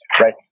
Right